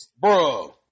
bro